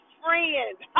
friends